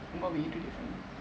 what would you do different